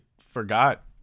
forgot